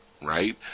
right